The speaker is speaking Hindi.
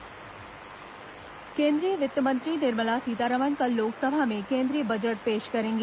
केन्द्रीय बजट केन्द्रीय वित्तमंत्री निर्मला सीतारमण कल लोकसभा में केन्द्रीय बजट पेश करेंगी